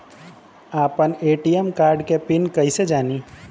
आपन ATM card के pin कईसे जानी?